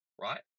right